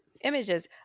images